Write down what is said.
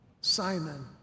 Simon